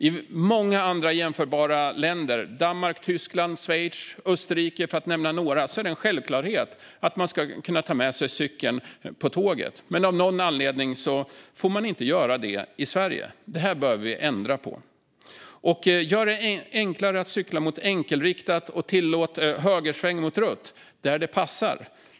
I många andra jämförbara länder - Danmark, Tyskland, Schweiz, Österrike, för att nämna några - är det en självklarhet att man kan ta med sig cykeln på tåget. Men av någon anledning får man inte göra det i Sverige. Det behöver vi ändra på. Gör det enklare att cykla mot enkelriktat, och tillåt högersväng mot rött där det passar.